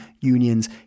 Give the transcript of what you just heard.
unions